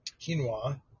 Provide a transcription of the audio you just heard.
Quinoa